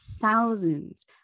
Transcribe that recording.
thousands